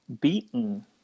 beaten